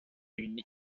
une